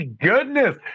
goodness